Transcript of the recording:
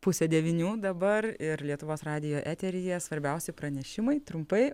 pusę devynių dabar ir lietuvos radijo eteryje svarbiausi pranešimai trumpai